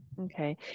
Okay